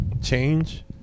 change